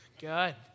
Good